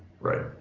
right